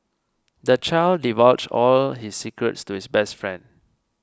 the child divulged all his secrets to his best friend